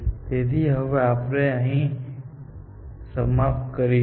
તેથી હવે આપણે અહીં સમાપ્ત કરીશું